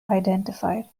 identified